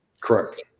Correct